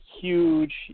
huge